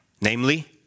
Namely